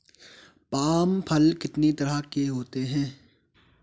Palm फल कितनी तरह के होते हैं?